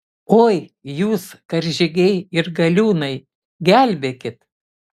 oi jūs karžygiai ir galiūnai gelbėkit